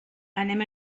anem